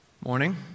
Morning